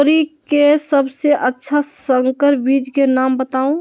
तोरी के सबसे अच्छा संकर बीज के नाम बताऊ?